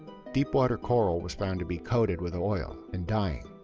deepwater coral was found to be coated with oil and dying.